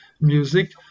music